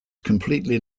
completely